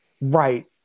Right